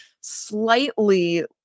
slightly